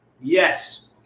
Yes